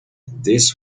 this